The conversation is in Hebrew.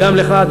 וגם לך,